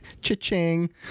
cha-ching